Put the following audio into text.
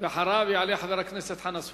ואחריו יעלה חבר הכנסת חנא סוייד.